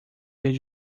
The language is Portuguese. vez